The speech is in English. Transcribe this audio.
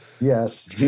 Yes